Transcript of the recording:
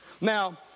Now